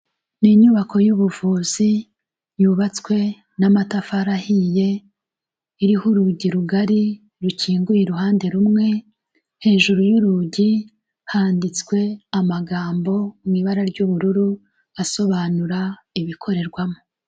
Ni inyubako y'ubuvuzi yubatswe n'amatafari ahiye, iriho urugi rugari rukinguye iruhande rumwe, hejuru y'urugi handitswe amagambo mu ibara ry'ubururu asobanura ibikorerwamo.